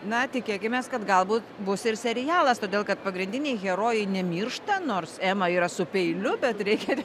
na tikėkimės kad galbūt bus ir serialas todėl kad pagrindiniai herojai nemiršta nors ema yra su peiliu bet reikia